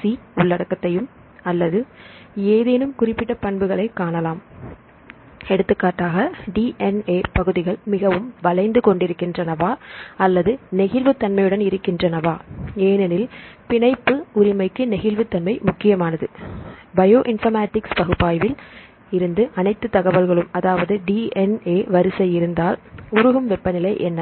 C உள்ளடக்கத்தையும் அல்லது ஏதேனும் குறிப்பிட்ட பண்புகளைக் காணலாம் எடுத்துக்காட்டாக டிஎன்ஏ பகுதிகள் மிகவும் வளைந்து கொண்டிருக்கின்றனவா அல்லது அதிக நெகிழ்வு தன்மையுடன் இருக்கின்றனவா ஏனெனில் பிணைப்பு உரிமைக்கு நெகிழ்வுத்தன்மை முக்கியமானது பயோ இன்பர்மேட்டிக்ஸ் பகுப்பாய்வில் இருந்து அனைத்து தகவல்களும் அதாவது டி என் ஏ வரிசை இருந்தால் உருகும் வெப்பநிலை என்ன